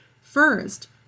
first